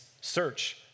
search